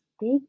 big